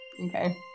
okay